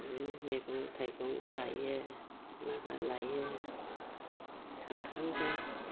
बिदिनो मैगं थाइगं लायो माबा लायो सामफ्रामबो